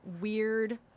weird